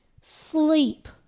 sleep